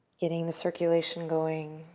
getting the circulation going.